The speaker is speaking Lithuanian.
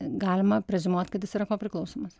galima preziumuot kad jis yra kopriklausomas